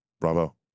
Bravo